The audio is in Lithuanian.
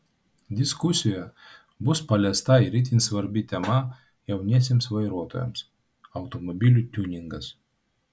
diskusijoje bus paliesta ir itin svarbi tema jauniesiems vairuotojams automobilių tiuningas